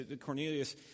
Cornelius